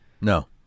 No